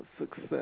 success